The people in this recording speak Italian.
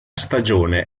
stagione